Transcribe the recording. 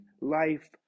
life